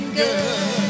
good